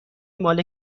مال